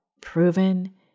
proven